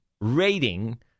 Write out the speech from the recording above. Rating